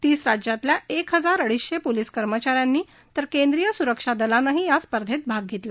तीस राज्यांमधल्या एक हजार अडीचशे पोलिस कर्मचा यांनी तर केंद्रीय स्रक्षा दलानही या स्पर्धेत भाग घेतला